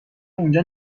اونجا